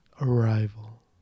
Arrival